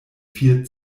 vier